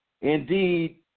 indeed